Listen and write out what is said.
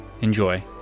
Enjoy